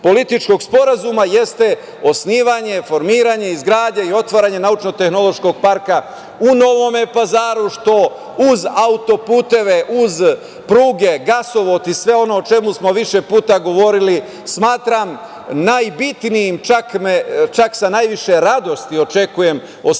političkog sporazuma jeste osnivanje, formiranje, izgradnja i otvaranje naučno-tehnološkog parka u Novom Pazaru, što uz auto-puteve, uz pruge, gasovod i sve ono o čemu smo više puta govorili smatram najbitnijim, čak sa najviše radosti očekujem osnivanje